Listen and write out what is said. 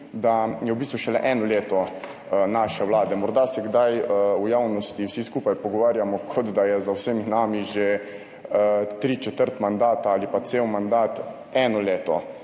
bistvu šele eno leto naše Vlade. Morda se kdaj v javnosti vsi skupaj pogovarjamo, kot da je za vsemi nami že tri četrt mandata ali pa cel mandat. Eno leto.